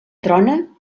trona